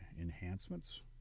enhancements